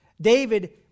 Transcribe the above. David